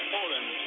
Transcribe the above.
Poland